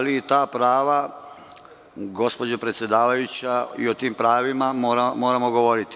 Ta prava, gospođo predsedavajuća, i o tim pravima moramo govoriti.